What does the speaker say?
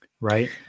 right